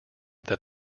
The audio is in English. that